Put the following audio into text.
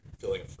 feeling